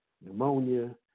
pneumonia